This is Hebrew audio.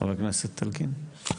חבר הכנסת אלקין.